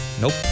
Nope